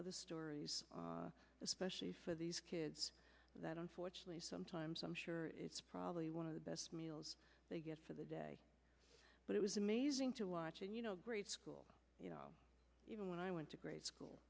other stories especially for these kids that unfortunately sometimes i'm sure it's probably one of the best meals they get for the day but it was amazing to watch and you know grade school you know when i went to grade school